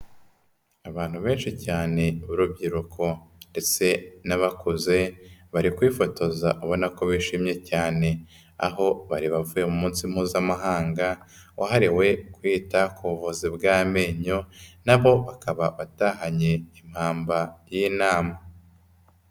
Abantu benshi cyane b'urubyiruko ndetse n'abakuze, bari kwifotoza ubona ko bishimye cyane. Aho bari bavuye munsi mpuzamahanga, wahariwe kwita ku buvuzi bw'amenyo na bo bakaba batahanye impamba y'inama.